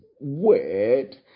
word